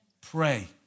Pray